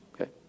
Okay